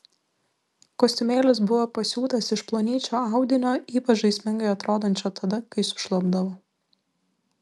kostiumėlis buvo pasiūtas iš plonyčio audinio ypač žaismingai atrodančio tada kai sušlapdavo